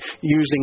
using